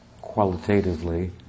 qualitatively